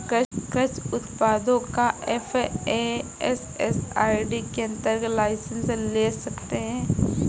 कृषि उत्पादों का एफ.ए.एस.एस.आई के अंतर्गत लाइसेंस ले सकते हैं